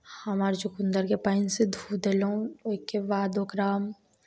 हमरा अर चुकन्दरके पानिसँ धो देलहुँ ओहिके बाद ओकरा